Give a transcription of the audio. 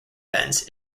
vents